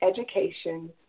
education